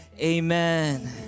Amen